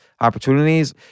opportunities